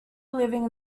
living